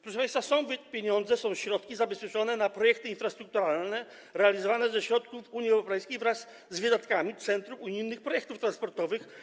Proszę państwa, są pieniądze, są zabezpieczone środki na projekty infrastrukturalne realizowane ze środków Unii Europejskiej wraz z wydatkami Centrum Unijnych Projektów Transportowych.